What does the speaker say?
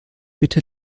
bitte